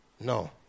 No